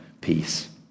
peace